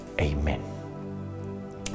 amen